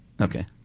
Okay